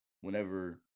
whenever